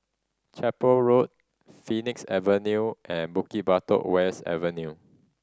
Chapel Road Phoenix Avenue and Bukit Batok West Avenue